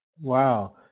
Wow